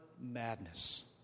madness